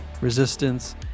resistance